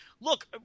look